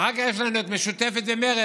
ואחר כך יש לנו את המשותפת ומרצ,